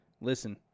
Listen